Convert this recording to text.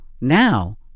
now